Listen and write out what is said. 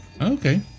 Okay